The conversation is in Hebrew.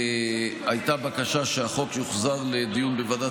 הייתה בקשה שהחוק יוחזר לדיון בוועדת